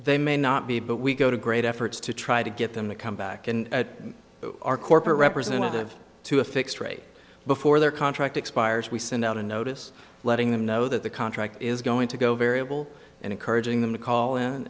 they may not be but we go to great efforts to try to get them to come back in our corporate representative to a fixed rate before their contract expires we send out a notice letting them know that the contract is going to go variable and encouraging them to call